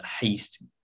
haste